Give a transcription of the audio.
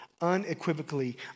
unequivocally